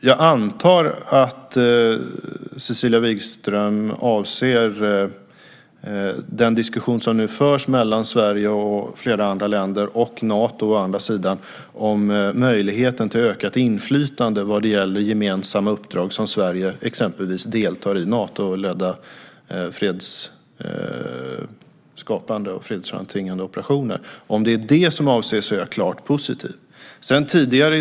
Jag antar att Cecilia Wigström avser den diskussion som nu förs mellan å ena sidan Sverige och flera andra länder och å andra sidan Nato om möjligheten till ökat inflytande vad gäller gemensamma uppdrag som Sverige deltar i, Natoledda fredsskapande och fredsframtvingande operationer. Om det är det som avses är jag klart positiv.